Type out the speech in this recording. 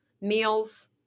meals